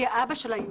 כי האבא שלה יהודי,